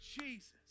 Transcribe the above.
Jesus